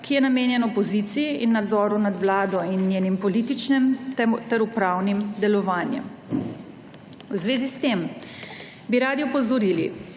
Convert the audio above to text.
ki je namenjen opoziciji in nadzoru nad vlado in njenim političnim ter upravnim delovanjem. V zvezi s tem bi radi opozorili,